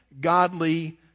godly